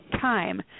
time